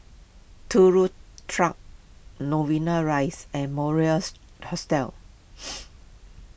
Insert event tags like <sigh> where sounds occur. Turut Track Novena Rise and Moris Hostel <noise>